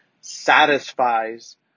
satisfies